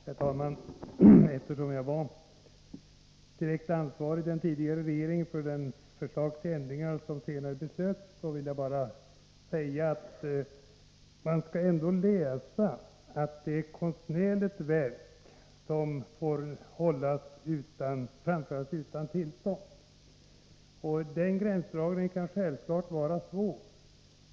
Herr talman! Eftersom jag i den tidigare regeringen var direkt ansvarig för de förslag till ändringar som det senare fattades beslut om, vill jag bara säga att man skall läsa framställningen på detta sätt: Konstnärligt verk får framföras utan tillstånd. Den gränsdragningen kan självklart vara svår.